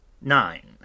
nine